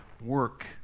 work